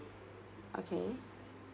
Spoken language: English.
okay